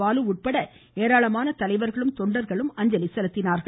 பாலு உட்பட ஏராளமான தலைவர்களும் தொண்டர்களும் அஞ்சலி செலுத்தினார்கள்